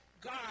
God